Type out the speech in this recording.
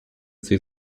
цей